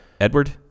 edward